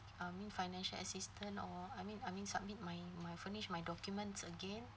financial assistance or I mean I mean submit my my furnish my documents again